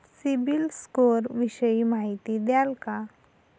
CIBIL score विषयी माहिती द्याल का?